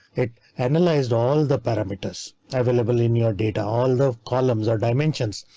it analyzed all the parameters available in your data. all the columns are dimensions.